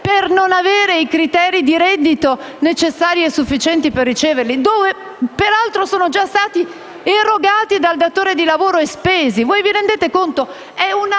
Grazie,